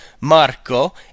Marco